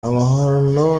amahano